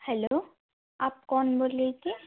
hello आप कौन बोल रही थी